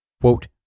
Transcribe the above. Quote